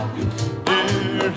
Dear